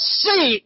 see